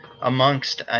amongst